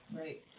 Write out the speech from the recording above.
Right